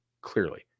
clearly